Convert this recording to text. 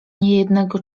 niejednego